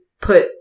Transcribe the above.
put